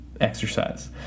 exercise